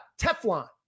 teflon